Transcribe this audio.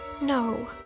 No